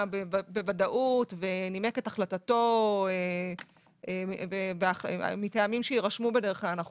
בוודאות ונימק את החלטתו מטעמים שיירשמו בדרך כלל אנחנו